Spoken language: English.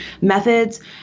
methods